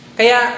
kaya